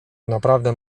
naprawdę